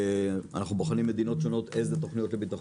אנחנו בוחנים מדינות שונות איזה תוכניות לביטחון